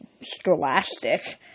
Scholastic